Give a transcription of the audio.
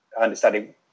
understanding